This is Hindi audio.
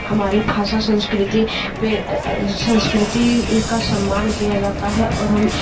हमारी भाषा संस्कृति पे संस्कृति का सम्मान किया जाता है और हम